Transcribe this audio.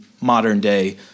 modern-day